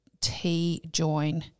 T-join